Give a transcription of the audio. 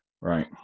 Right